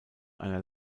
einer